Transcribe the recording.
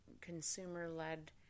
consumer-led